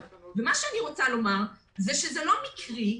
אני רוצה לומר שזה לא מקרי,